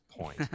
point